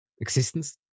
existence